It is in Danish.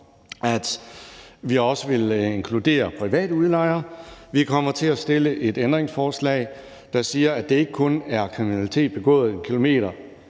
at vi også vil inkludere private udlejere; vi kommer til at stille et ændringsforslag, der siger, at det ikke kun er kriminalitet begået 1 km fra